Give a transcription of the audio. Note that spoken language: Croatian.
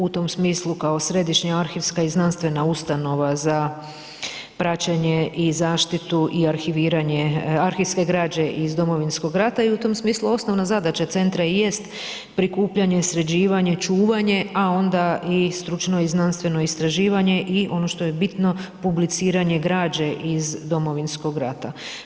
U tom smislu kao središnja arhivska i znanstvena ustanova za praćenje i zaštitu i arhiviranje arhivske građe iz Domovinskog rata i u tom smislu osnovna zadaća centra i jest prikupljanje, sređivanje, čuvanje, a onda i stručno i znanstveno istraživanje i ono što je bitno publiciranje građe iz Domovinskog rata.